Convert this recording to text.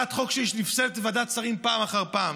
הצעת חוק שלי שנפסלת בוועדת שרים פעם אחר פעם: